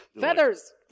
Feathers